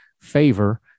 favor